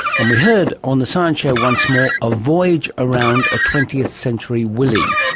and we heard on the science show once more a voyage around a twentieth century willy.